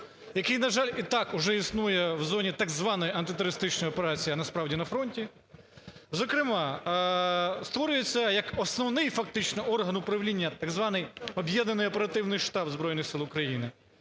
який, на жаль, і так існує в зоні так званої антитерористичної операції, а насправді на фронті. Зокрема, створюються як основний фактично орган управління, так званий об'єднаний оперативний штаб Збройних Сил України.